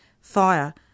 Fire